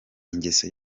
ingeso